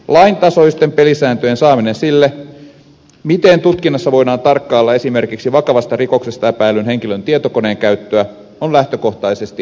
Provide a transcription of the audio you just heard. lain tasoisten pelisääntöjen saaminen sille miten tutkinnassa voidaan tarkkailla esimerkiksi vakavasta rikoksesta epäillyn henkilön tietokoneenkäyttöä on lähtökohtaisesti hyvä ja perusteltu